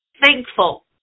thankful